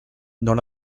dans